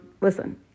listen